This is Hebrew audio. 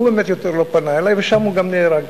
הוא באמת יותר לא פנה אלי, ושם הוא גם נהרג.